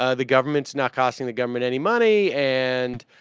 ah the government's not costing the government any money and